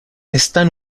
están